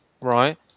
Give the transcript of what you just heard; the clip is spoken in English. right